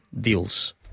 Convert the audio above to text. deals